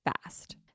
fast